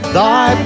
Thy